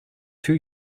two